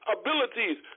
abilities